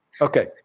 okay